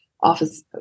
office